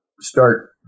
start